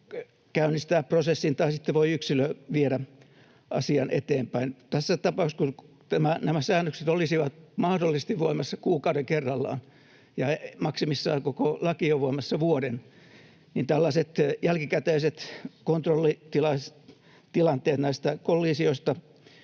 käynnistää prosessin tai sitten voi yksilö viedä asian eteenpäin. Tässä tapauksessa, kun nämä säännökset olisivat mahdollisesti voimassa kuukauden kerrallaan ja maksimissaan koko laki on voimassa vuoden, tällaiset jälkikäteiset kontrollitilanteet näistä kollisioista